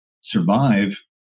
survive